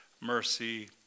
mercy